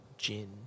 gin